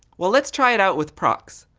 well, let's try it out with proxx.